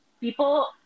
people